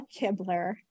Kibler